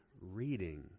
reading